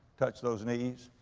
touch those knees,